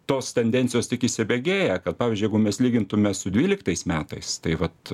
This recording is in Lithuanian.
tos tendencijos tik įsibėgėja kad pavyzdžiui jeigu mes lygintume su dvyliktais metais tai vat